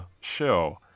show